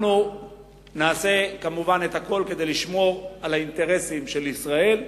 אנחנו נעשה הכול כדי לשמור על האינטרסים של ישראל,